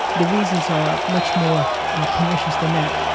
the reasons are much more ah pernicious than that